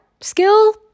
skill